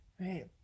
right